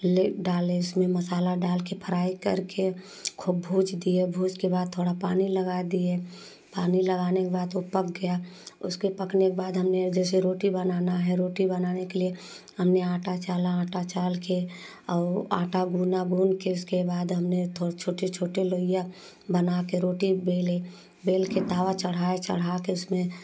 डाले उसमें मसाला डालकर फ्राई करके ख़ूब भूँज दिए भूँज के बाद थोड़ा पानी लगा दिए पानी लगाने के बाद वह पक गया उसके पकने के बाद हमने जैसे रोटी बनाना है रोटी बनाने के लिए हमने आटा छाना आटा छान कर और आटा गूँदा गूँद कर उसके बाद हमने थोड़े छोटे छोटे लोइयाँ बनाकर रोटी बेली बेल कर तवा चढ़ाया चढ़ाकर उसमें